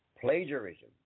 plagiarism